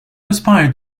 aspired